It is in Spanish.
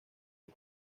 los